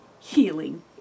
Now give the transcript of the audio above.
healing